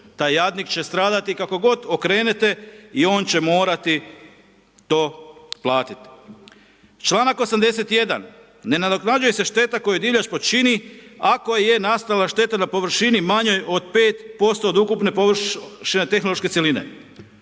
Taj jadnik će stradati kako god okrenete i on će morati to platiti. Čl. 81. ne nadoknađuje se šteta koju divljač počini ako je nastala šteta na površini manjoj od 5% od ukupne površine tehnološke cjeline.